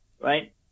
right